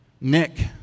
Nick